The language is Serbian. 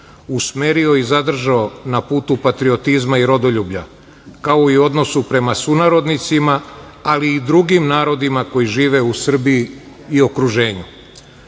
usmerio i zadržao na putu patriotizma i rodoljublja, kao i odnosu prema sunarodnicima, ali i drugim narodima koji žive u Srbiji i okruženju. Uprkos